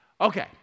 Okay